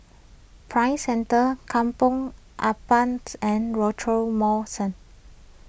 Prime Centre Kampong Ampat and Mall